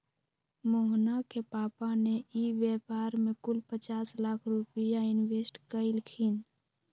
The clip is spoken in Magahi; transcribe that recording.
मोहना के पापा ने ई व्यापार में कुल पचास लाख रुपईया इन्वेस्ट कइल खिन